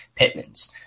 Pittmans